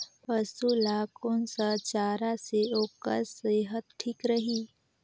पशु ला कोन स चारा से ओकर सेहत ठीक रही?